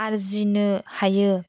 आरजिनो हायो